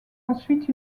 ensuite